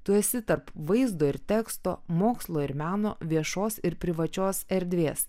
tu esi tarp vaizdo ir teksto mokslo ir meno viešos ir privačios erdvės